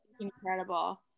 incredible